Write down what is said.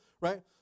right